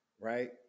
right